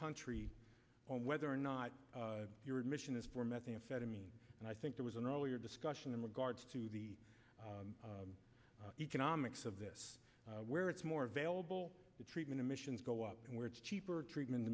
country on whether or not your admission is for methamphetamine and i think there was an earlier discussion in regards to the economics of this where it's more available the treatment emissions go up and where it's cheaper treatment